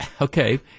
okay